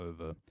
over